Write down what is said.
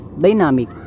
dynamic